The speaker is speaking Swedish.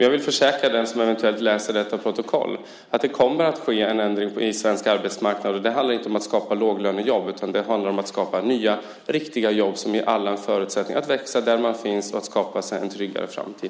Jag vill försäkra den som eventuellt läser detta protokoll att det kommer att ske en ändring på svensk arbetsmarknad. Det handlar inte om att skapa låglönejobb, utan det handlar om att skapa nya riktiga jobb som ger alla en förutsättning att växa där de finns och skapa sig en tryggare framtid.